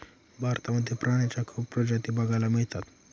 भारतामध्ये प्राण्यांच्या खूप प्रजाती बघायला मिळतात